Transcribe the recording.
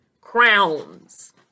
crowns